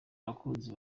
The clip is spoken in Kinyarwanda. abakunzi